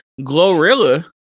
Glorilla